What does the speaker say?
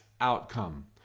outcome